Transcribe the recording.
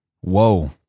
Whoa